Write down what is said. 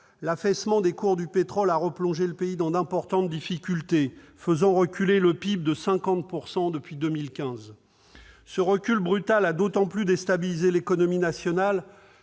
l'affaissement des cours du pétrole a replongé le pays dans d'importantes difficultés, faisant reculer le PIB de 50 % depuis 2015. Ce recul brutal a d'autant plus déstabilisé l'économie nationale